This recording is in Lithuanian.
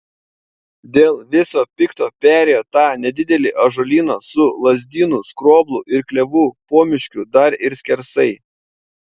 dėl viso pikto perėjo tą nedidelį ąžuolyną su lazdynų skroblų ir klevų pomiškiu dar ir skersai